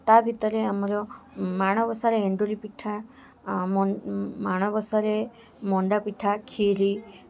ତା'ଭିତରେ ଆମର ମାଣବସାରେ ଏଣ୍ଡୁରି ପିଠା ମାଣବସାରେ ମଣ୍ଡା ପିଠା କ୍ଷୀରି